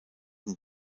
and